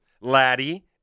Laddie